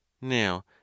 now